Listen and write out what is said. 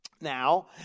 now